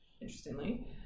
interestingly